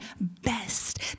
best